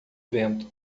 vento